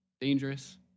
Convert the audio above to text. dangerous